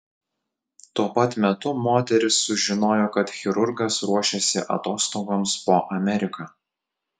tuo pat metu moteris sužinojo kad chirurgas ruošiasi atostogoms po ameriką